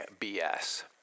BS